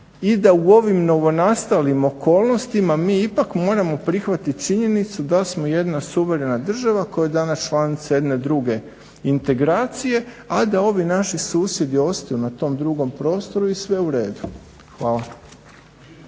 i da u ovim novonastalim okolnostima mi ipak moramo prihvatit činjenicu da smo jedna suverena država koja je danas članica jedne druge integracije, a da ovi naši susjedi ostaju na tom drugom prostoru i sve u redu. Hvala.